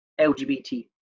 LGBT